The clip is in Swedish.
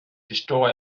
förstår